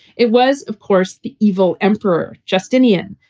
it was, of course, the evil emperor justinian,